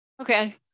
Okay